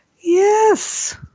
yes